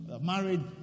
married